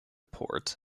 port